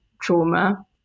trauma